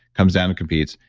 comes down and competes.